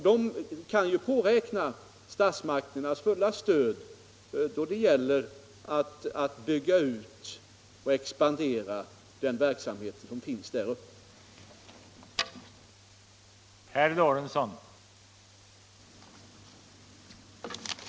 De kan påräkna statsmakternas fulla stöd då det gäller att bygga ut den verksamhet som finns där och att låta den expandera.